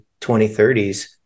2030s